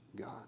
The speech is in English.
God